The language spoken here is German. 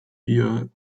wir